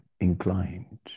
inclined